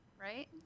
right